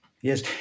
Yes